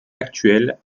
actuelle